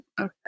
Okay